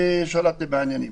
ושלטתי בעניינים.